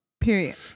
Period